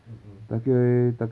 mm mm